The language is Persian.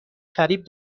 فریب